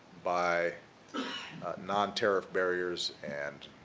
by non-tariff barriers and